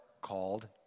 called